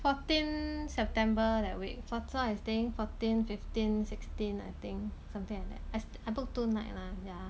fourteen september that week fourt~ I staying fourteen fifteen sixteen I think something like that I book two night lah ya